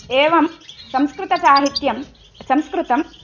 एवं संस्कृतसाहित्यं संस्कृतं